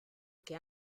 que